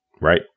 Right